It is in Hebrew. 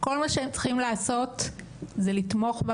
כל מה שהם צריכים לעשות זה לתמוך בה